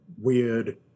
weird